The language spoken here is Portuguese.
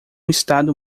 estado